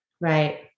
Right